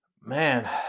man